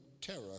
terror